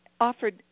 offered